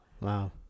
Wow